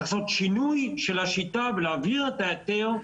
צריך לעשות שינוי של השיטה ולהעביר את ההיתר.